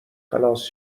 خلاص